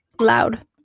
loud